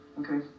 Okay